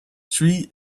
tree